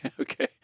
Okay